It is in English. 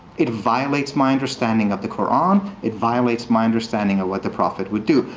it violates my understanding of the koran. it violates my understanding of what the prophet would do.